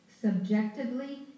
subjectively